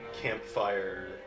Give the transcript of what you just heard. campfire